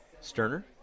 Sterner